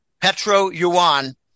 Petro-Yuan